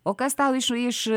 o kas tau iš iš